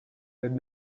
had